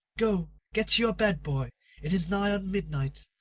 go, get to your bed, boy it is nigh on midnight,